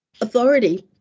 authority